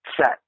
set